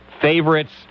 favorites